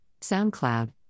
SoundCloud